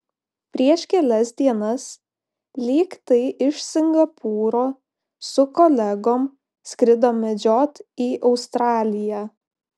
prieš kelias dienas lyg tai iš singapūro su kolegom skrido medžiot į australiją